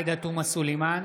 עאידה תומא סלימאן,